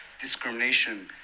discrimination